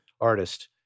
artist